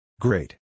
Great